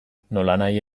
nolanahi